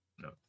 No